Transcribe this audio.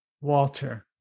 walter